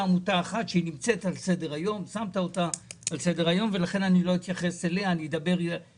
עמותה אחת שנמצאת על סדר היום של הוועדה ולכן אתייחס אליה בנפרד.